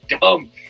dumb